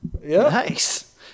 Nice